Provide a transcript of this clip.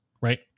right